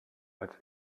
als